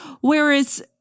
Whereas